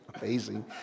amazing